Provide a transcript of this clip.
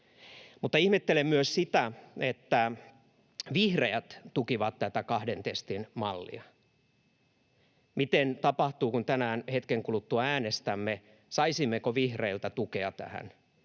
tämän. Ihmettelen myös sitä, että vihreät tukivat tätä kahden testin mallia. Miten tapahtuu, kun tänään hetken kuluttua äänestämme: saisimmeko vihreiltä tukea tähän?